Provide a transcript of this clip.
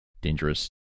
dangerous